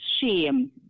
shame